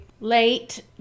late